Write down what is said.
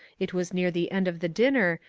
it was near the end of the dinner,